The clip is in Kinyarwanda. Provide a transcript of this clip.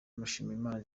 manishimwe